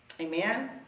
Amen